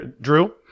drew